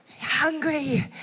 hungry